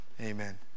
Amen